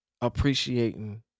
Appreciating